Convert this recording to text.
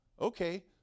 Okay